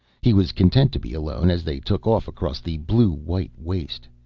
he was content to be alone as they took off across the blue-white waste.